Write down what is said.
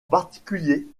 particulier